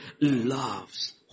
loves